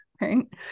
Right